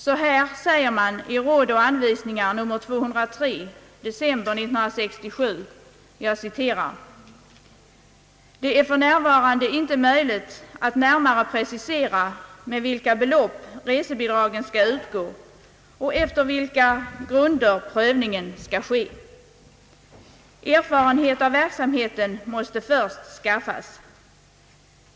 Så här säger man i Råd och anvisningar nr 203 december 1967: »Det är för närvarande inte möjligt att närmare precisera, med vilka belopp resebidragen skall utgå och efter vilka grunder prövningen skall ske. Erfarenhet av verksamheten måste först skaffas.